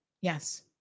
Yes